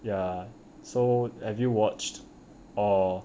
ya so have you watched or